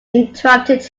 interrupted